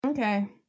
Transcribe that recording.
Okay